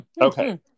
okay